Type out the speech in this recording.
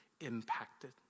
impacted